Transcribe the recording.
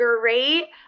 great